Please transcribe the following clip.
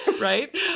Right